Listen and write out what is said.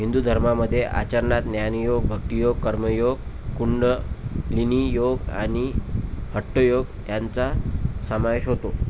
हिंदू धर्मामध्ये आचरणात ज्ञानयोग भक्तीयोग कर्मयोग कुंडलिनी योग आणि हठयोग यांचा समावेश होतो